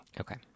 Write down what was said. Okay